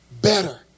better